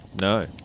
No